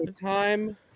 time